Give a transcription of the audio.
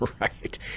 Right